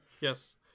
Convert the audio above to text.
yes